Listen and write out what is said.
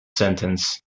sentence